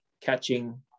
catching